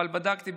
אבל בדקתי.